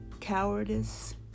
cowardice